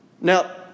Now